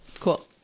cool